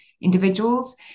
individuals